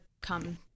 come